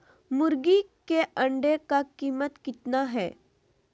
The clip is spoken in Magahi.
मुर्गी के अंडे का कीमत कितना है?